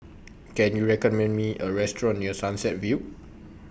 Can YOU recommend Me A Restaurant near Sunset View